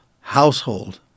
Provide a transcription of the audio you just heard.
household